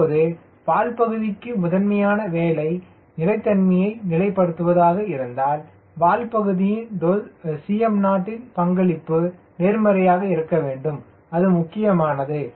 இப்போது வால் பகுதிக்கு முதன்மையான வேலை நிலைத்தன்மையை நிலைப்படுத்துவதாக இருந்தால் வால் பகுதியின் cm0 ன் பங்களிப்பு நேர்மறையாக இருக்க வேண்டும் அது முக்கியமானது